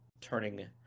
turning